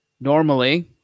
normally